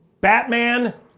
Batman